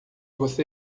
você